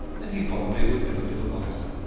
and he probably would never be the wiser.